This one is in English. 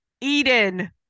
Eden